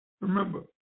Remember